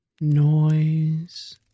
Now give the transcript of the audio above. noise